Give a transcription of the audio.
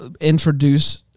introduce